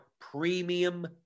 premium